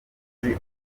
uzi